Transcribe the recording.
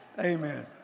Amen